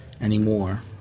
anymore